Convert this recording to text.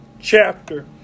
chapter